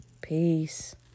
Peace